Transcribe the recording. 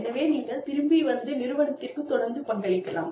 எனவே நீங்கள் திரும்பி வந்து நிறுவனத்திற்குத் தொடர்ந்து பங்களிக்கலாம்